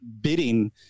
bidding